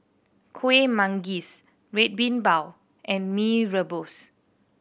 Kuih Manggis Red Bean Bao and Mee Rebus